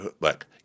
Look